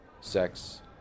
sex